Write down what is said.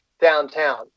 downtown